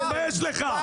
אז תתבייש לך.